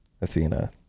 Athena